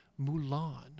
Mulan